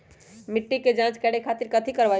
मिट्टी के जाँच करे खातिर कैथी करवाई?